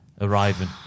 arriving